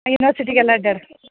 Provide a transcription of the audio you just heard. ಯೂನಿವರ್ಸಿಟಿಗೆ ಎಲ್ಲ ಇದ್ದಾರೆ